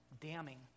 damning